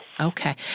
Okay